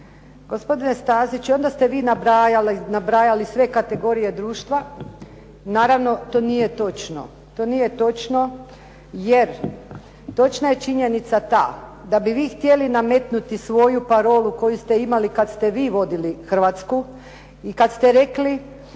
Gospodine Staziću, onda ste vi nabrajali sve kategorije društva. Naravno to nije točno, to nije točno jer točna je činjenica ta da bi vi htjeli nametnuti svoju parolu koju ste imali kad ste vi vodili Hrvatsku i kad ste rekli